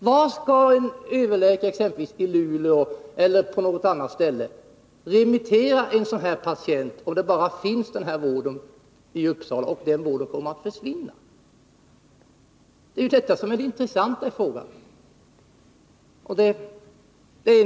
Vart skall en överläkare i t.ex. Luleå remittera en patient om den vård som behövs och som bara finns i Uppsala försvinner?